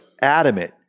adamant